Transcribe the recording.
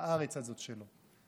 לארץ הזאת שלו,